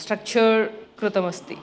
structure कृतमस्ति